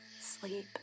Sleep